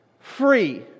free